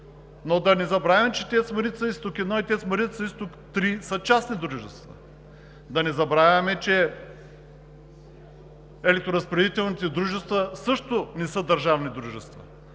но да не забравяме, че „ТЕЦ Марица изток 1“ и „ТЕЦ Марица изток 3“ са частни дружества. Да не забравяме, че електроразпределителните дружества също не са държавни дружества,